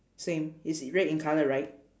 same it's red in colour right